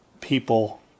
people